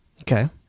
Okay